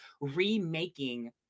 remaking